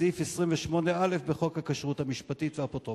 בסעיף 28א בחוק הכשרות המשפטית והאפוטרופסות.